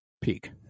Peak